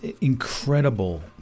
incredible